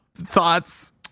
thoughts